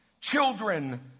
Children